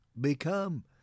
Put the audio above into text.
become